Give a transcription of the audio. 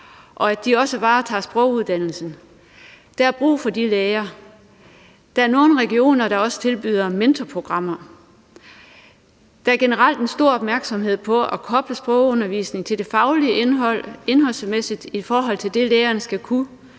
og at de også varetager sproguddannelsen. Der er brug for de læger. Der er nogle regioner, der også tilbyder mentorprogrammer. Der er generelt en stor opmærksomhed på at koble sprogundervisning til det faglige indhold, altså indholdsmæssigt i forhold til det, lægerne skal kunne.